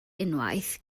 unwaith